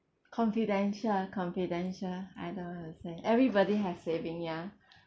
confidential confidential I don't want to say everybody have saving ya